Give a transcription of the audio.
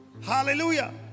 Hallelujah